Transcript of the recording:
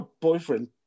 boyfriend